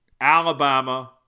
Alabama